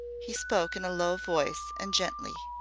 he spoke in a low voice and gently.